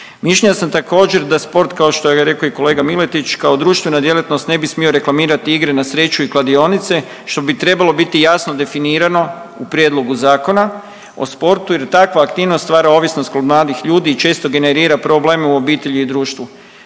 Mišljenja sam također, da sport kao što je rekao i kolega Miletić, kao društvena djelatnost ne bi smio reklamirati igre na sreću i kladionice, što bi trebalo biti jasno definirano u Prijedlogu Zakona o sportu jer takva aktivnost stvara ovisnost kod mladih ljudi i često generira probleme u obitelji i društvu.